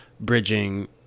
bridging